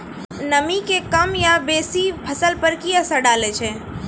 नामी के कम या बेसी फसल पर की असर डाले छै?